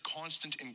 constant